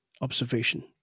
observation